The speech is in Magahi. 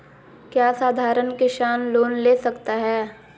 क्या साधरण किसान लोन ले सकता है?